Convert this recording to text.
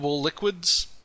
liquids